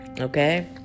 Okay